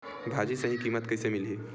भाजी सही कीमत कइसे मिलही?